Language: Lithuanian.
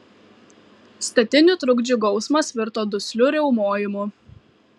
statinių trukdžių gausmas virto dusliu riaumojimu